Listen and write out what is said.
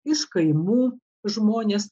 iš kaimų žmonės